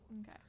Okay